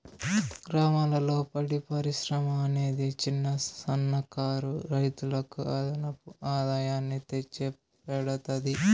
గ్రామాలలో పాడి పరిశ్రమ అనేది చిన్న, సన్న కారు రైతులకు అదనపు ఆదాయాన్ని తెచ్చి పెడతాది